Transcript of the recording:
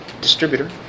distributor